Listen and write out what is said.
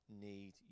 need